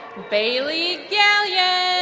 bailey galyon